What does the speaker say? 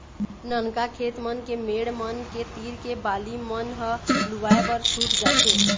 ननका खेत मन के मेड़ मन के तीर के बाली मन ह लुवाए बर छूट जाथे